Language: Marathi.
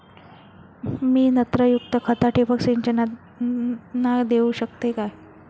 मी नत्रयुक्त खता ठिबक सिंचनातना देऊ शकतय काय?